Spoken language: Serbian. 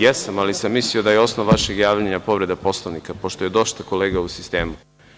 Jesam, ali sam mislio da je osnov vašeg javljanja povreda Poslovnika, pošto je dosta kolega u sistemu.